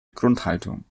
grundhaltung